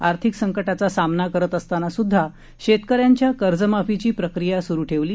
आर्थिक संकटाचा सामना करत असतानास्ध्दा शेतकऱ्यांच्या कर्जमाफीची प्रक्रीया स्रु ठेवली